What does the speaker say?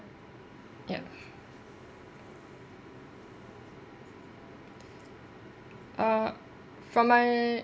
ya uh from my